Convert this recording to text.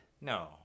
No